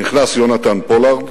נכנס יונתן פולארד